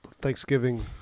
Thanksgiving